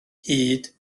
hud